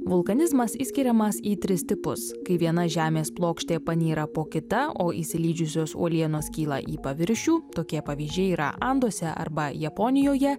vulkanizmas išskiriamas į tris tipus kai viena žemės plokštė panyra po kita o išsilydžiusios uolienos kyla į paviršių tokie pavyzdžiai yra anduose arba japonijoje